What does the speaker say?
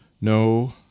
No